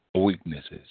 weaknesses